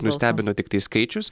nustebino tiktai skaičius